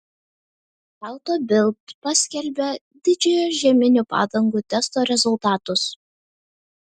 auto bild paskelbė didžiojo žieminių padangų testo rezultatus